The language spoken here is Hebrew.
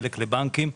חלק לבנקים.